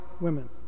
women